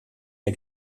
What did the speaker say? der